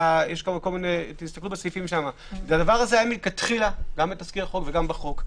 זה היה מלכתחילה גם בתזכיר החוק וגם בחוק.